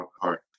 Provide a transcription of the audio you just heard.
heart